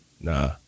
Nah